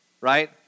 right